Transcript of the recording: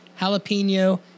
jalapeno